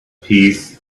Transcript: peace